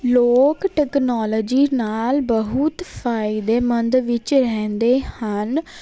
ਲੋਕ ਟੈਕਨੋਲੋਜੀ ਨਾਲ ਬਹੁਤ ਫਾਇਦੇਮੰਦ ਵਿੱਚ ਰਹਿੰਦੇ ਹਨ